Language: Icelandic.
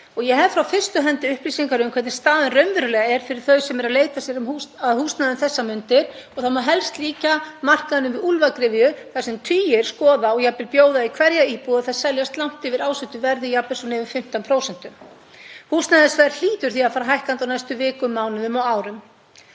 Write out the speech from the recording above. Ég hef frá fyrstu hendi upplýsingar um hvernig staðan er fyrir þau sem eru að leita sér að húsnæði um þessar mundir. Það má helst líkja markaðinum við úlfagryfju þar sem tugir skoða og jafnvel bjóða í hverja íbúð og þær seljast langt yfir ásettu verði, jafnvel yfir 15%. Húsnæðisverð hlýtur því að fara hækkandi á næstu vikum, mánuðum og árum.